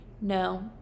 No